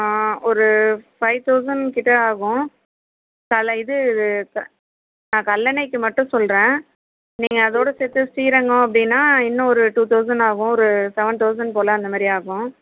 ஆ ஒரு five thousand கிட்டே ஆகும் சில இது க நான் கல்லணைக்கு மட்டும் சொல்கிறேன் நீங்கள் அதோடு சேர்த்து ஸ்ரீரங்கம் அப்படின்னா இன்னும் ஒரு டூ தௌசண்ட் ஆகும் ஒரு செவன் தௌசண்ட் போல் அந்தமாரி ஆகும்